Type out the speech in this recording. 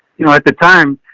you know, at the time,